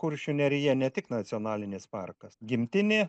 kuršių nerija ne tik nacionalinis parkas gimtinė